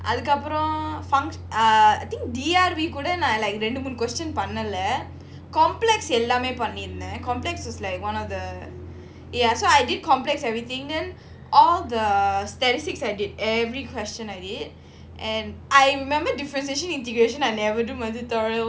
அதுக்கப்புறம்:adhukapuram ah I think D_R_V கூடரெண்டுமூணு:kooda rendu moonu questions பண்ணல:pannala complex எல்லாமேபண்ணிருந்தேன்:ellame pannirunthen complex was one of the ya so I did complex everything then all the statistics I did every question I did and I remembered differentiation integration I never do my tutorials